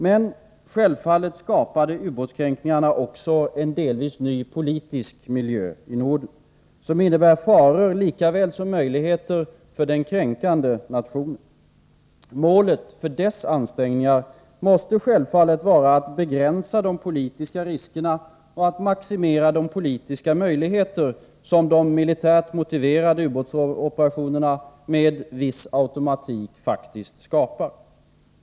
Men självfallet skapade ubåtskränkningarna också en delvis ny politisk miljö i Norden, som innebär faror likaväl som möjligheter för den kränkande nationen. Målet för dessa ansträngningar måste självfallet vara att begränsa de politiska riskerna och att maximera de politiska möjligheter som de militärt motiverade ubåtsoperationerna med viss automatik faktiskt skapar.